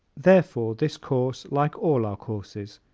therefore this course, like all our courses,